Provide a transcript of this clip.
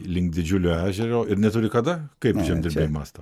link didžiulio ežero ir neturi kada kaip žemdirbiai mąsto